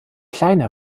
kleine